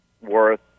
worth